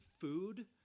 food